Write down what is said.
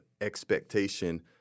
expectation –